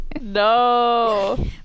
No